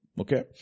Okay